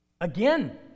Again